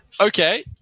Okay